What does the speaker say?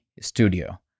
studio